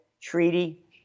Treaty